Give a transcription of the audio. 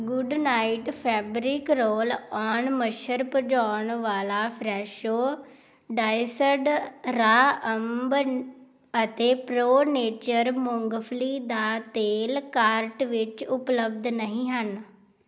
good Night fabric roll on ਮੱਛਰ ਭਜਾਉਣ ਵਾਲਾ ਫਰੈਸ਼ੋ ਡਾਇਸਡ ਰਾਅ ਅੰਬ ਅਤੇ ਪ੍ਰੋ ਨੇਚਰ ਮੂੰਗਫਲੀ ਦਾ ਤੇਲ ਕਾਰਟ ਵਿੱਚ ਉਪਲੱਬਧ ਨਹੀਂ ਹਨ